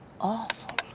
awful